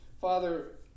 Father